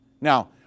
Now